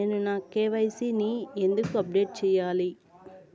నేను నా కె.వై.సి ని ఎందుకు అప్డేట్ చెయ్యాలి?